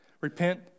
repent